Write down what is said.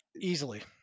Easily